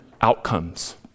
outcomes